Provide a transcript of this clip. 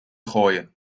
gooien